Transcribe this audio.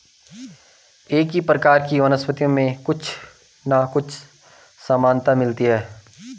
एक ही प्रकार की वनस्पतियों में कुछ ना कुछ समानता मिलती है